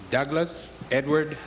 douglas edward